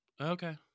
Okay